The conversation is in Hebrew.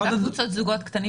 גם קבוצות של זוגות קטנים